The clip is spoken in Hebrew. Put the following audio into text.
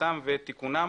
בדיקתם ותיקונם.